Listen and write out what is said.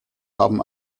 haben